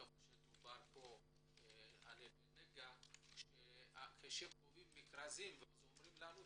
כמו שאמר קודם נגה כשקובעים מכרזים ואומרים לנו,